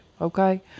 okay